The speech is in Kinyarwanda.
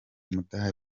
umudari